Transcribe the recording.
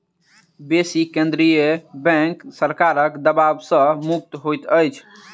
बेसी केंद्रीय बैंक सरकारक दबाव सॅ मुक्त होइत अछि